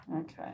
Okay